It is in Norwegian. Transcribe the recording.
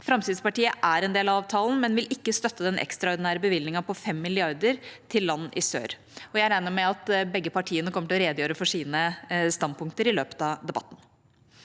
Fremskrittspartiet er en del av avtalen, men vil ikke støtte den ekstraordinære bevilgningen på 5 mrd. kr til land i sør. Jeg regner med begge partiene kommer til å redegjøre for sine standpunkter i løpet av debatten.